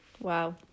wow